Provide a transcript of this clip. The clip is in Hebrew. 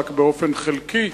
רק באופן חלקי,